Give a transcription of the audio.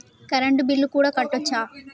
Current bill కూడా కట్టొచ్చా?